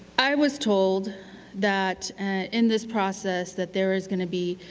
i was told that in this process that there was going to be,